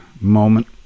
moment